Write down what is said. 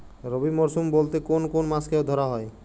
রবি মরশুম বলতে কোন কোন মাসকে ধরা হয়?